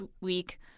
week